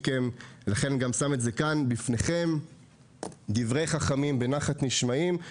לכן אני גם שם בפניכם את השלט הזה: דברי חכמים בנחת נשמעים,